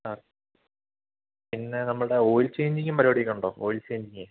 ആ പിന്നേ നമ്മളുടെ ഓയിൽ ചേയ്ഞ്ചിങ്ങും പരിപാടിയൊക്കെ ഉണ്ടോ ഓയിൽ ചേയ്ഞ്ചിങ്ങ്